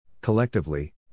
collectively